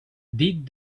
did